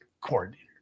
coordinator